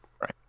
Right